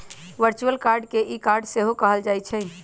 virtual card के e card सेहो कहल जाइ छइ